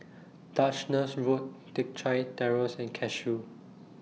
Duchess Road Teck Chye Terrace and Cashew